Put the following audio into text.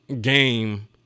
game